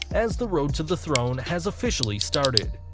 as the road to the throne has officially started.